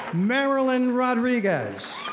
marilyn rodriguez,